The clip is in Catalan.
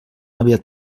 aviat